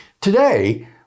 Today